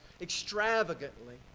extravagantly